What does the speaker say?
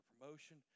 promotion